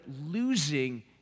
losing